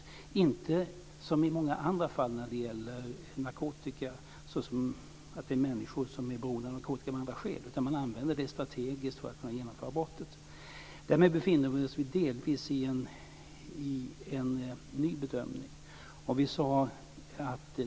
Det är inte som i så många andra fall när det gäller narkotika att människor är beroende av narkotika, utan man använder det strategiskt för att genomföra brottet. Därmed befinner vi oss i en ny bedömning.